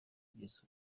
kugeza